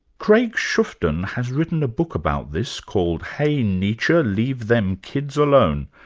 craig schuftan has written a book about this called hey, nietzsche, leave them kids alone,